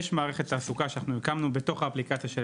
יש מערכת תעסוקה שאנחנו הקמנו בתוך האפליקציה של